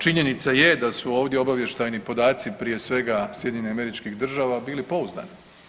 Činjenica je da su ovdje obavještajni podaci prije svega SAD-a bili pouzdani.